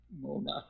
Mona